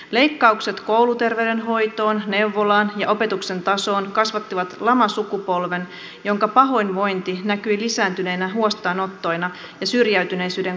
leikkaukset kouluterveydenhoitoon neuvolaan ja opetuksen tasoon kasvattivat lamasukupolven jonka pahoinvointi näkyi lisääntyneinä huostaanottoina ja syrjäytyneisyyden kasvuna